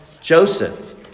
Joseph